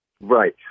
Right